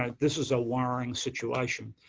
um this is a worrying situation.